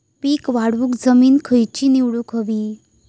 पीक वाढवूक जमीन खैची निवडुक हवी?